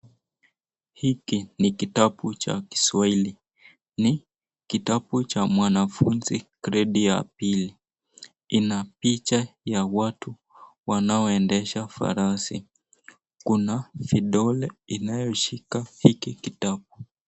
Hiki ni kitabu cha kiswahili, ni kitabu cha mwanafunzi gredi ya pili, ina picha ya watu wanaoendesha farasi, kuna vidole inayoshika hiki kitabu.